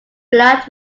blood